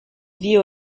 view